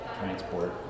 transport